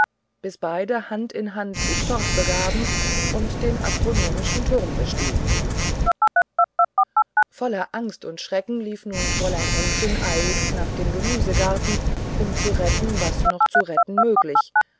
bis beide hand in hand sich fortbegaben und den astronomischen turm bestiegen voller angst und schreck lief nun fräulein ännchen eiligst nach dem gemüsegarten um zu retten was noch zu retten möglich